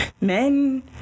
men